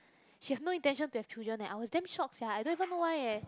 she have no intention to have children eh I was damn shocked sia I don't even know why eh